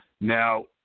Now